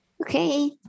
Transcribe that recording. Okay